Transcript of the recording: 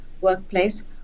workplace